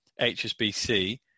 HSBC